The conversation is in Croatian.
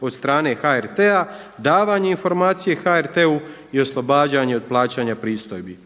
od strane HRT-a, davanje informacije HRT-u i oslobađanje od plaćanja pristojbi.